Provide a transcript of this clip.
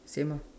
same ah